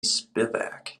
spivak